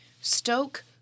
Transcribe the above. Stoke